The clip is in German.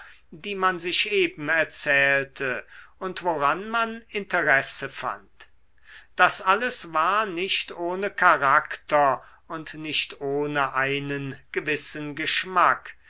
die man sich eben erzählte und woran man interesse fand das alles war nicht ohne charakter und nicht ohne einen gewissen geschmack